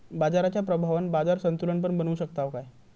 बाजाराच्या प्रभावान बाजार संतुलन पण बनवू शकताव काय?